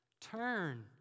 Turn